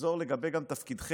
לגזור גם לגבי תפקידכם,